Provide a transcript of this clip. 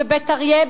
בבית-אריה,